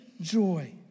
joy